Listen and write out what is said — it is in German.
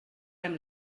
beim